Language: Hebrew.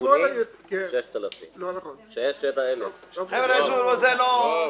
הכחולים 6,000 7,000. לא נכון.